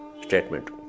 statement